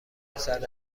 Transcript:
پسر